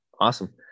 awesome